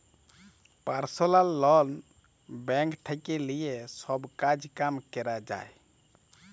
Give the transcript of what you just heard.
personal loan bank থেক্যে লিয়ে সব কাজ কাম ক্যরা যায়